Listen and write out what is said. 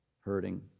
hurting